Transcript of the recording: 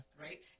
Right